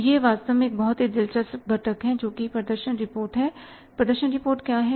यह वास्तव में बहुत ही दिलचस्प घटक है कि प्रदर्शन रिपोर्ट कि प्रदर्शन रिपोर्ट क्या है